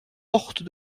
portes